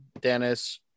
Dennis